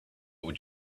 would